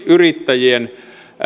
yrittäjien